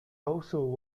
also